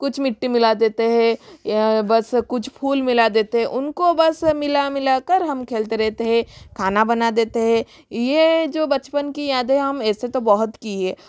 कुछ मिट्टी मिला देते हैं बस कुछ फूल मिला देते हैं उनको बस मिला मिला कर हम खेलते रहते हैं खाना बना देते हैं यह जो बचपन की यादें हैं हम ऐसे तो बहुत की हैं